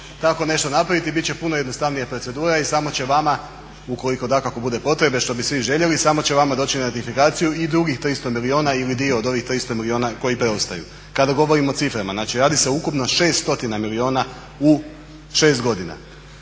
tako nešto napraviti bit će puno jednostavnija procedura i samo će vama ukoliko dakako bude potrebe što bi svi željeli samo će vama doći na identifikaciju i drugih 300 milijuna ili dio od ovih 300 milijuna koji preostaju kada govorimo o ciframa. Znači, radi se o ukupno 600 milijuna u 6 godina.